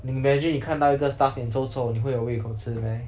你 imagine 你看到一个 staff 脸臭臭你会有胃口吃 meh